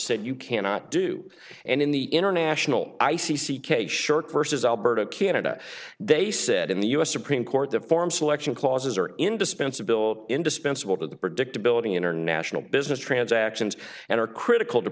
said you cannot do and in the international i c c case short versus alberta canada they said in the us supreme court the form selection clauses are indispensable indispensable to the predictability international business transactions and are critical to